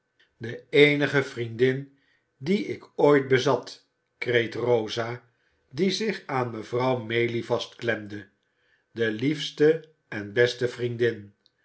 de eenige vriendin die ik ooit bezat kreet rosa die zich aan mevrouw maylie vastklemde de liefste de beste vriendin